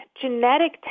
genetic